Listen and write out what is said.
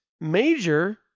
Major